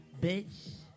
bitch